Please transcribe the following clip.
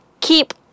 keep